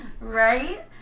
right